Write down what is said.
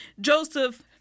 Joseph